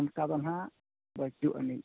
ᱚᱱᱠᱟ ᱫᱚ ᱦᱟᱜ ᱵᱟᱹᱪᱩᱜ ᱟᱹᱱᱤᱡ